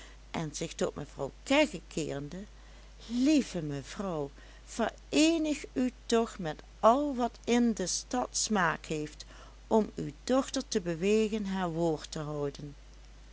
en zich tot mevrouw kegge keerende lieve mevrouw vereenig u toch met al wat in de stad smaak heeft om uw dochter te bewegen haar woord te houden